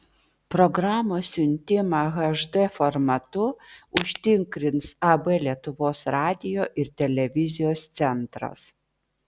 programos siuntimą hd formatu užtikrins ab lietuvos radijo ir televizijos centras